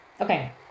okay